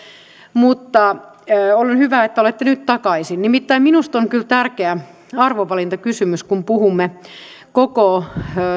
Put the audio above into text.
mutta on hyvä että olette nyt takaisin nimittäin minusta on kyllä tärkeä arvovalintakysymys kun puhumme koko